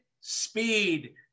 speed